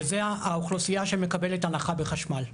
וזה האוכלוסייה שמקבלת הנחה בחשמל.